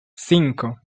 cinco